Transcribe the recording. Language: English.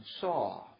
saw